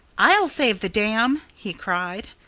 i'll save the dam! he cried.